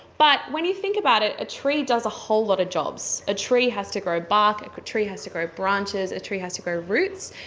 but when you think about it, a tree does a whole lot of jobs. a tree has to grow bark, a tree has to grow branches, a tree has to grow roots.